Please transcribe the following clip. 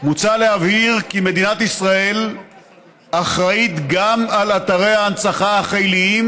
מוצע להבהיר כי מדינת ישראל אחראית גם על אתרי ההנצחה החיליים,